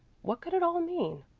what could it all mean?